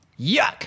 Yuck